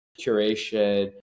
curation